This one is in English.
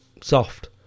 soft